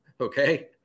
Okay